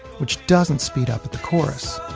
which doesn't speed up at the chorus